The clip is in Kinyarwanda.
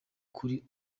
kuri